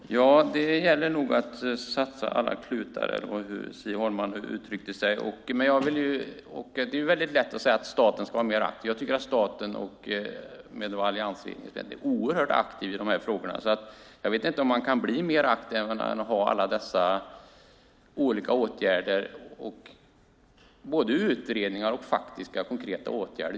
Fru talman! Det gäller att sätta till alla klutar, eller hur det var Siv Holma uttryckte sig. Det är väldigt lätt att säga att staten ska vara mer aktiv. Jag tycker att staten med alliansregeringen i spetsen är oerhört aktiv i dessa frågor. Jag vet inte om man kan bli mer aktiv än att vidta alla dessa olika åtgärder. Det handlar om både utredningar och faktiska och konkreta åtgärder.